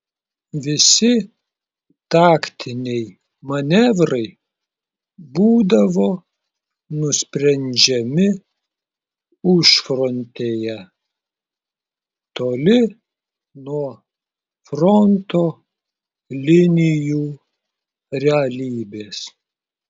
visi taktiniai manevrai būdavo nusprendžiami užfrontėje toli nuo fronto linijų realybės